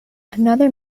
another